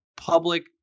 Public